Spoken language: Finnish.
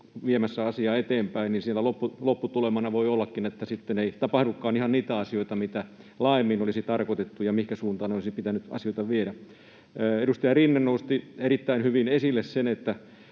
viemässä asiaa eteenpäin, niin siellä lopputulemana voi ollakin, että sitten ei tapahdukaan ihan niitä asioita, mitä laajemmin olisi tarkoitettu ja mihinkä suuntaan olisi pitänyt asioita viedä. Edustaja Rinne nosti erittäin hyvin esille sen, että